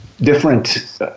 different